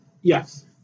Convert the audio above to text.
yes